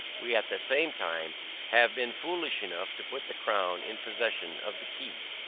we at the same time have been foolish enough to put the crown in possession of the key.